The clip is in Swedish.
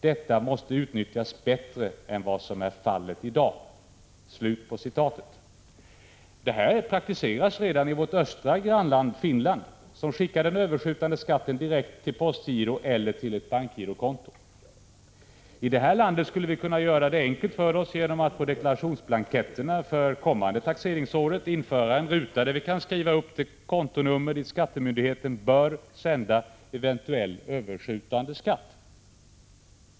Detta måste utnyttjas bättre än vad som är fallet i dag.” Systemet med kontantlösa betalningsrutiner praktiseras redan i vårt östra grannland Finland, där den överskjutande skatten skickas direkt till postgiro eller till ett bankgirokonto. I det här landet skulle vi kunna göra det enkelt för oss, genom att på deklarationsblanketterna för det kommande taxeringsåret införa en ruta där vi kan skriva upp numret på det konto dit skattemyndigheten bör sända eventuell överskjutande skatt.